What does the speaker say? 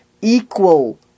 equal